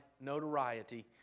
notoriety